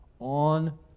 on